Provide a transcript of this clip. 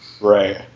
right